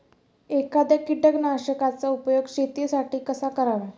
एखाद्या कीटकनाशकांचा उपयोग शेतीसाठी कसा करावा?